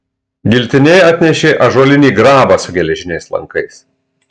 giltinė atnešė ąžuolinį grabą su geležiniais lankais